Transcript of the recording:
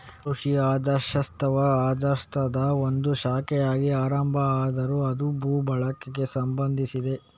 ಕೃಷಿ ಅರ್ಥಶಾಸ್ತ್ರವು ಅರ್ಥಶಾಸ್ತ್ರದ ಒಂದು ಶಾಖೆಯಾಗಿ ಆರಂಭ ಆದ್ರೂ ಅದು ಭೂ ಬಳಕೆಗೆ ಸಂಬಂಧಿಸಿದೆ